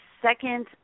second